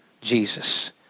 Jesus